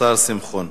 השר שמחון.